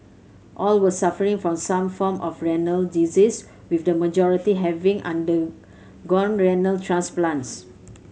all were suffering from some form of renal disease with the majority having undergone renal transplants